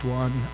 one